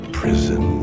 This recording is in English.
prison